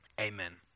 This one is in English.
amen